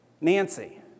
Nancy